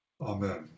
amen